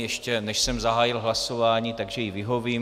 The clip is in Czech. Ještě než jsem zahájil hlasování, tak jí vyhovím.